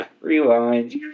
Rewind